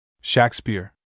Shakespeare